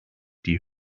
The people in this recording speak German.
die